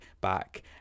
back